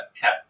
Cap